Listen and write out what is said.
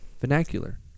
vernacular